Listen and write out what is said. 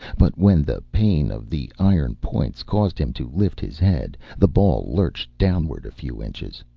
but when the pain of the iron points caused him to lift his head, the ball lurched downward a few inches.